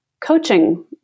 coaching